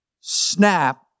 snap